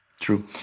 true